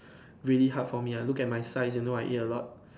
really hard for me ah look at my size you know I eat a lot